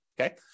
Okay